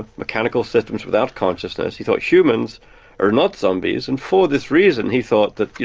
mechanical systems without consciousness. he thought humans are not zombies, and for this reason he thought that,